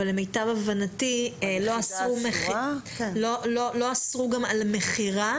אבל למיטב הבנתי לא אסרו גם על מכירה